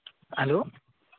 hello